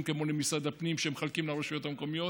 כמו למשרד הפנים שהם מחלקים לרשויות המקומיות,